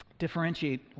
differentiate